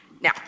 Now